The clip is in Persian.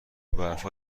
برفا